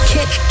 Kick